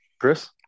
Chris